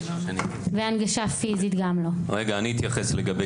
וגם לא הנגשה פיזית.) אני אתייחס לגבי